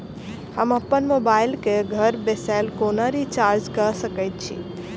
हम अप्पन मोबाइल कऽ घर बैसल कोना रिचार्ज कऽ सकय छी?